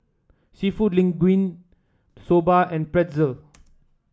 seafood Linguine Soba and Pretzel